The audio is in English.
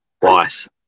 twice